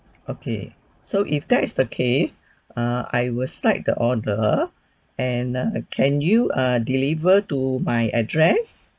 okay so if that's the case err I will set the order and err can you err deliver to my address